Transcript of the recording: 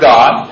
God